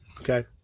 okay